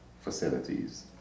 facilities